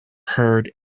heard